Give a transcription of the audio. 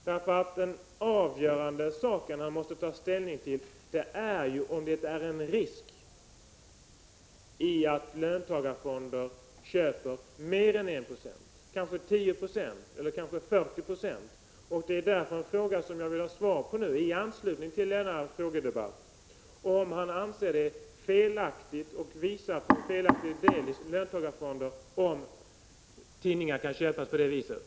Det som är avgörande och som han måste ta ställning till är om det ligger en risk i att löntagarfonder köper mer än 1 96, kanske 10 eller 40 96. Jag vill i anslutning till denna debatt ha svar på frågan: Anser statsrådet att det är felaktigt att löntagarfonder kan köpa tidningar på detta sätt?